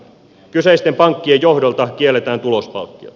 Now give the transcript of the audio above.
kyseisten pankkien johdolta kielletään tulospalkkiot